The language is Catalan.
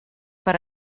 per